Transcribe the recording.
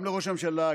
גם לראש הממשלה,